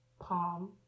palm